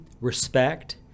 respect